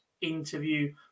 interview